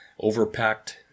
overpacked